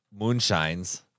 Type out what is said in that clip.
moonshines